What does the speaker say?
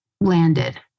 landed